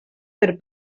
per